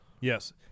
Yes